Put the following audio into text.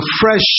fresh